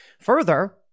Further